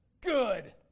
good